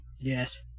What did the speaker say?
yes